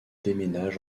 déménage